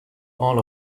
all